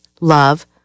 love